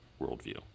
worldview